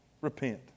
Repent